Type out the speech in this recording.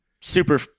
super